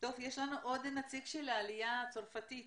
יש לנו עוד נציג של העלייה הצרפתית.